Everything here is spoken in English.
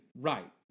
Right